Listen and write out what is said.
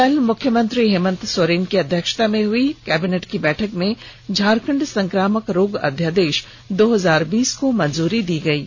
कल मुख्यमंत्री हेमंत सोरेन की अध्यक्षता में हुई कैबिनेट की बैठक में झारखंड संक्रामक रोग अध्यादेश दो हजार बीस को मंजूरी दी गई है